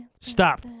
Stop